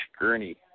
Gurney